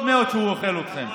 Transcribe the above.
טוב מאוד שהוא אוכל אתכם,